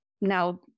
now